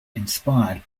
inspired